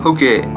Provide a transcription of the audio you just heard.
Okay